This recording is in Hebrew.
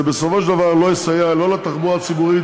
זה בסופו של דבר לא יסייע לתחבורה הציבורית